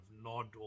nod